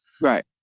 Right